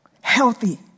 healthy